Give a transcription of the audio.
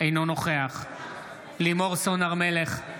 אינו נוכח לימור סון הר מלך,